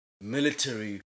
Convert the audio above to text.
military